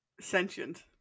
sentient